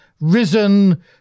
risen